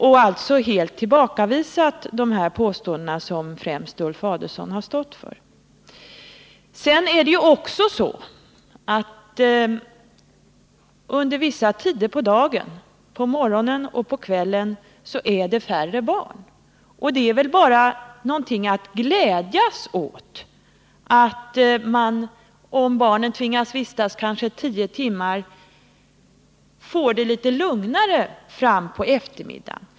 Man har alltså helt tillbakavisat de påståenden som främst Ulf Adelsohn har stått för. Sedan är det också så att det under vissa tider, på morgonen och på kvällen, är färre barn på daghemmen. Det är väl bara någonting att glädjas åt om det under vissa timmar blir litet lugnare.